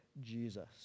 Jesus